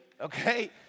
okay